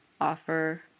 offer